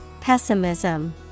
Pessimism